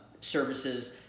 services